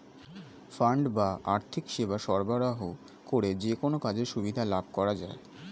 fund বা আর্থিক সেবা সরবরাহ করে যেকোনো কাজের সুবিধা লাভ করা যায়